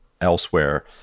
elsewhere